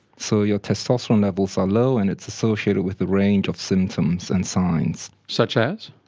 so your testosterone levels are low and it's associated with a range of symptoms and signs. such as?